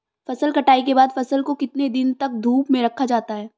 फसल कटाई के बाद फ़सल को कितने दिन तक धूप में रखा जाता है?